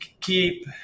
keep